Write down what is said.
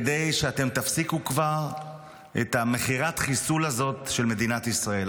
כדי שאתם תפסיקו כבר את מכירת החיסול הזאת של מדינת ישראל.